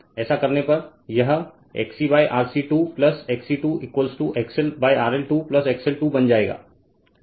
ऐसा करने पर यह XC RC 2 XC 2 XL RL 2 XL 2 बन जाएगा